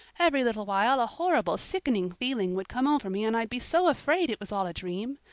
every little while a horrible sickening feeling would come over me and i'd be so afraid it was all a dream.